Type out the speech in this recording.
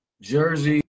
Jersey